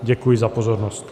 Děkuji za pozornost.